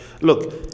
look